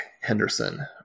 henderson